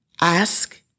ask